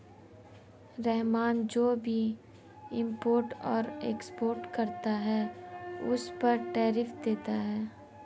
रहमान जो भी इम्पोर्ट और एक्सपोर्ट करता है उस पर टैरिफ देता है